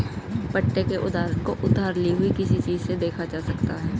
पट्टे के उदाहरण को उधार ली हुई किसी चीज़ से देखा जा सकता है